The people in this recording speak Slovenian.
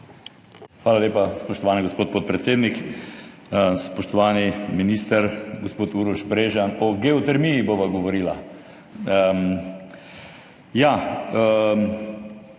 Hvala lepa, spoštovani gospod podpredsednik. Spoštovani minister gospod Uroš Brežan, o geotermiji bova govorila.